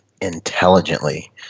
intelligently